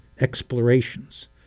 explorations